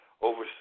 over